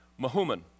Mahuman